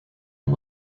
and